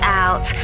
out